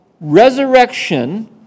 resurrection